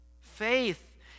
Faith